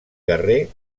guerrer